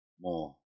more